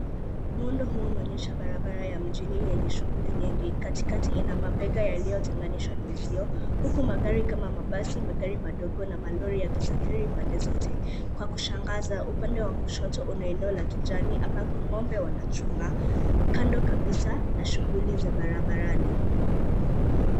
Muudo huu unaonyesha barabara ya mjini yenye shuguli nyingi. katikati ina mabega yaliyotenganishwa na uzio, huku magari kama mabasi, magari madogo na malori yakisafiri pande zote. Kwa kushangaza upande wa kushoto una eneo la kijani ambapo ng'ombe wanachunga, kando kabisa na shuguli za barabarani.